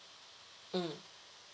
mm